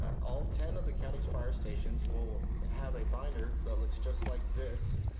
ah all ten of the county's fire stations will have a binder that looks just like this,